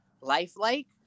lifelike